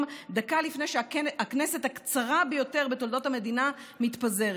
דקה לפני שהכנסת הקצרה ביותר בתולדות המדינה מתפזרת.